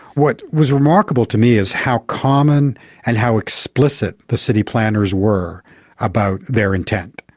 what was remarkable to me is how common and how explicit the city planners were about their intent.